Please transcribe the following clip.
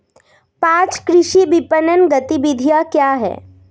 पाँच कृषि विपणन गतिविधियाँ क्या हैं?